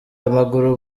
amaguru